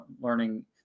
learning